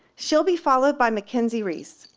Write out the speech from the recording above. she'll be followed by m ckenzie rees.